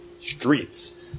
Streets